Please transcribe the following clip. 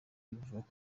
bivuga